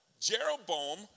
Jeroboam